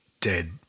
dead